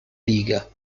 liga